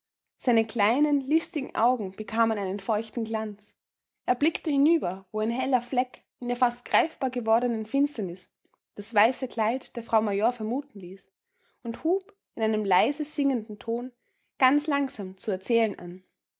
seine kleinen listigen augen bekamen einen feuchten glanz er blickte hinüber wo ein heller fleck in der fast greifbar gewordenen finsternis das weiße kleid der frau major vermuten ließ und hub in einem leise singenden ton ganz langsam zu erzählen an